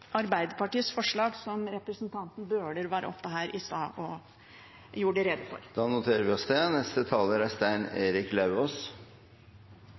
Arbeiderpartiets forslag som representanten Bøhler var oppe her i stad og gjorde rede for.